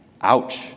Ouch